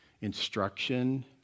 instruction